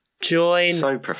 join